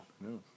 No